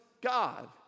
God